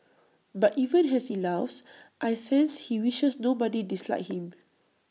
but even as he laughs I sense he wishes nobody disliked him